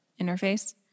interface